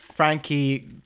Frankie